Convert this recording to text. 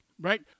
right